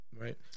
Right